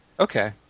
Okay